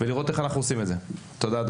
תודה.